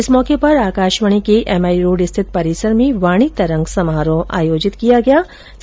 इस मौके पर आकाशवाणी के एम आई रोड़ स्थित परिसर में वाणी तरंग समारोह आयोजित किया जायेगा